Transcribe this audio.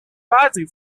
базы